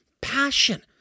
passion